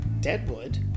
Deadwood